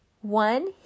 one